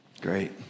Great